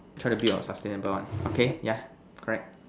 try to build a sustainable one okay yeah correct